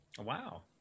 Wow